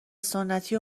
سنتی